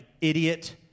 idiot